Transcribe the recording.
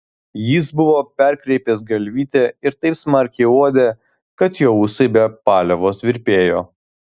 jis buvo perkreipęs galvytę ir taip smarkiai uodė kad jo ūsai be paliovos virpėjo